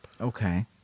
Okay